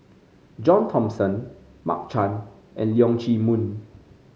John Thomson Mark Chan and Leong Chee Mun